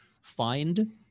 find